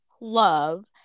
love